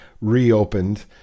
reopened